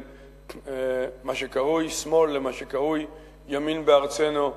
מה שקרוי שמאל למה שקרוי ימין בארצנו,